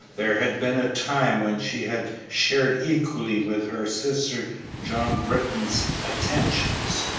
there had been a time when she had shared equally with her sister john britton's attentions.